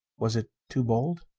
was it too bold?